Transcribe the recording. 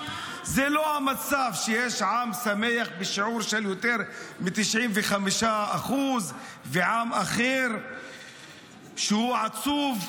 זה לא המצב כשיש עם שמח בשיעור של יותר מ-95% ועם אחר שהוא עצוב.